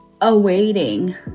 awaiting